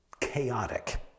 chaotic